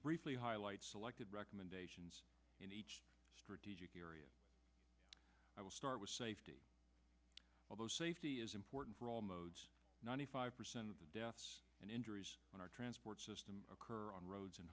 briefly highlight selected recommendations in a strategic area i will start with safety although safety is important for all modes ninety five percent of the deaths and injuries in our transport system occur on roads and